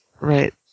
Right